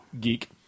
Geek